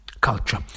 culture